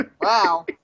Wow